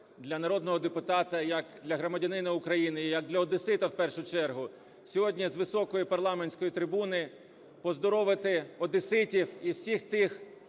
для народного депутата, як для громадянина України і як для одесита, в першу чергу, сьогодні з високої парламентської трибуни поздоровити одеситів і всіх тих,